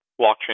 blockchain